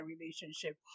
relationship